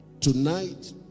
tonight